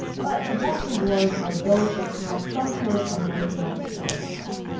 but the best rewards are those that have some sort of emotional significance.